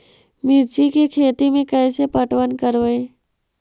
मिर्ची के खेति में कैसे पटवन करवय?